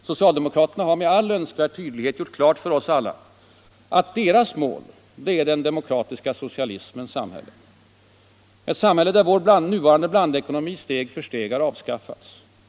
Socialdemokraterna har med all önskvärd tydlighet gjort klart för oss alla att deras mål är den demokratiska socialismens samhälle. Ett samhälle där vår nuvarande blandekonomi steg för steg har avskaffats.